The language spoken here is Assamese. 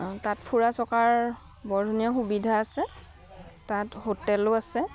তাত ফুৰা চকাৰ বৰ ধুনীয়া সুবিধা আছে তাত হোটেলো আছে